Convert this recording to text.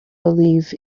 believe